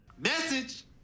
Message